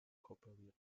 kooperiert